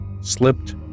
slipped